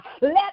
Let